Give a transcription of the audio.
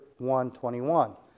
1.21